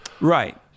Right